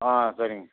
ஆ சரிங்க